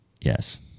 Yes